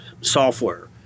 software